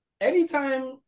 Anytime